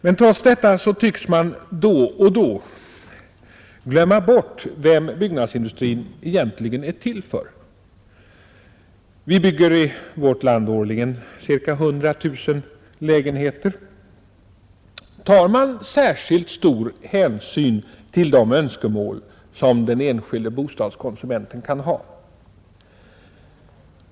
Men trots detta tycks man då och då glömma bort vem byggnadsindustrin är till för. Vi bygger i vårt land årligen ca 100 000 lägenheter. Tar man särskilt stor hänsyn till de önskemål som den enskilde bostadskonsumenten kan ha?